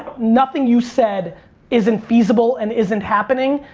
nothing you said is infeasible and isn't happening,